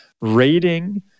rating